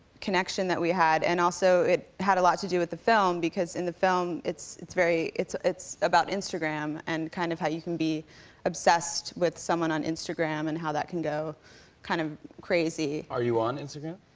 connection that we had. and, also, it had a lot to do with the film, because in the film, it's it's very it's it's about instagram and kind of how you can be obsessed with someone on instagram and how that can go kind of crazy. are you on instagram?